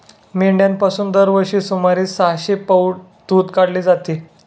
मेंढ्यांपासून दरवर्षी सुमारे सहाशे पौंड दूध काढले जाते